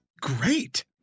great